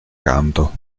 canto